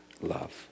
love